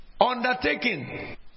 undertaking